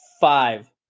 five